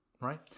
Right